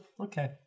okay